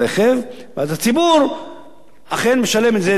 ואז הציבור אכן משלם את זה דרך הרשיון,